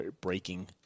breaking